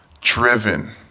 driven